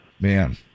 man